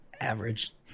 average